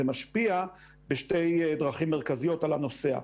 זה משפיע בשתי דרכים מרכזיו תעל הנוסע.